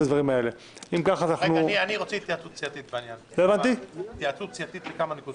אני רוצה התייעצות סיעתית בכמה נקודות.